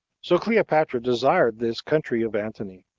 so cleopatra desired this country of antony,